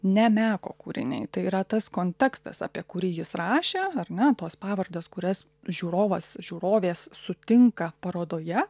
ne meko kūriniai tai yra tas kontekstas apie kurį jis rašė ar ne tos pavardės kurias žiūrovas žiūrovės sutinka parodoje